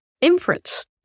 inference